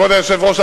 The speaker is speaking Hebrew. כבוד היושב-ראש,